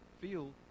feel